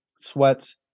sweats